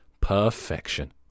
Perfection